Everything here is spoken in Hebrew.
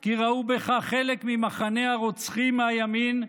כי ראו בך חלק ממחנה הרוצחים מהימין,